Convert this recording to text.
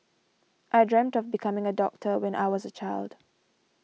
I dreamt of becoming a doctor when I was a child